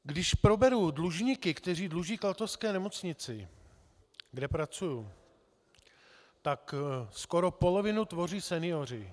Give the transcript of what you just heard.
Když proberu dlužníky, kteří dluží Klatovské nemocnici, kde pracuji, tak skoro polovinu tvoří senioři.